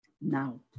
Now